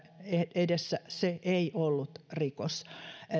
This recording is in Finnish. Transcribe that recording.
edessä se ei ollut rikos